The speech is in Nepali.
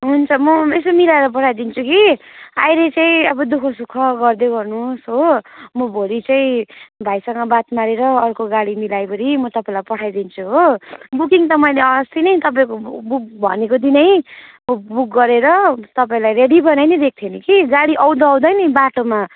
हुन्छ म यसो मिलाएर पठाइदिन्छु कि अहिले चाहिँ अब दुःख सुख गर्दै गर्नुहोस् हो म भोलि चाहिँ भाइसँग बात मारेर अर्को गाडी मिलाइओरी म तपाईँलाई पठाइदिन्छु हो बुकिङ त मैले अस्ति नै तपाईँको बुक भनेको दिनै बुक गरेर तपाईँलाई रेडी बनाई नै दिएको थिएँ कि गाडी आउँदा आउँदा नि बाटोमा